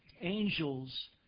Angels